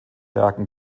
werken